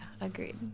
agreed